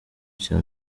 cya